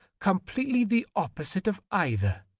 completely the opposite of either,